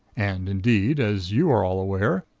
and, indeed, as you are all aware,